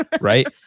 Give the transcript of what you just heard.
right